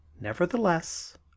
nevertheless